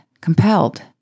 Compelled